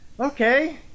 okay